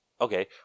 okay